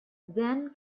then